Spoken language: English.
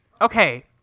Okay